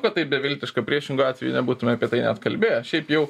kad taip beviltiška priešingu atveju nebūtume apie tai net kalbėję šiaip jau